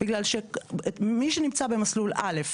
בגלל מי שנמצא במסלול א'